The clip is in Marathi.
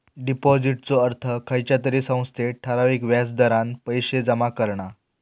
डिपाॅजिटचो अर्थ खयच्या तरी संस्थेत ठराविक व्याज दरान पैशे जमा करणा